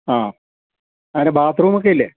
ആ അതിന് ബാത്റൂമൊക്കെ ഇല്ലേ